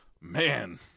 man